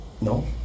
No